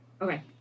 Okay